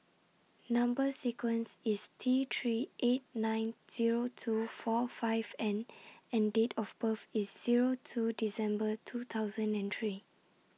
Number sequence IS T three eight nine Zero two four five N and Date of birth IS Zero two December two thousand and three